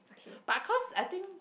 but cause I think